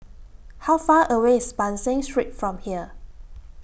How Far away IS Ban San Street from here